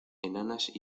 enanas